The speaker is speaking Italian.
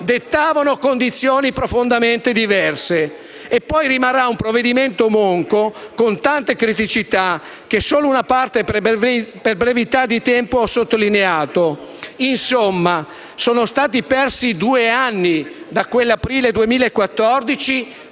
dettavano condizioni profondamente diverse. E poi rimarrà un provvedimento monco, con tante criticità, delle quali ho sottolineato solo una parte per brevità di tempo. Insomma, sono stati persi due anni da quell'aprile 2014,